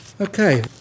Okay